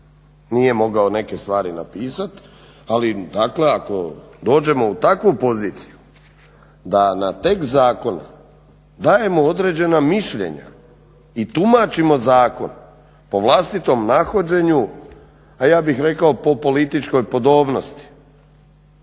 nije mogao neke stvari napisat, ali dakle ako dođemo u takvu poziciju da na tekst zakona dajemo određena mišljenja i tumačimo zakon po vlastitom nahođenju, a ja bih rekao po političkoj podobnosti,